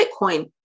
Bitcoin